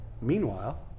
meanwhile